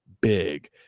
big